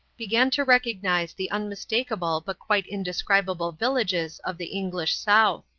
began to recognize the unmistakable but quite indescribable villages of the english south.